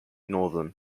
northern